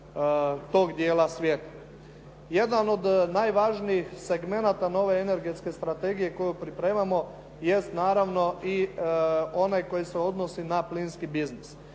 tog dijela svijeta. Jedan od najvažnijih segmenata nove energetske strategije koju pripremamo jest naravno i onaj koji se odnosi na plinski biznis